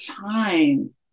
time